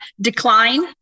decline